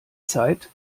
zeit